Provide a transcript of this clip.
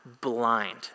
blind